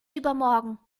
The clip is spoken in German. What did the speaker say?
übermorgen